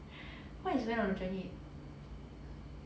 what is went on a journey